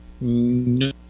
No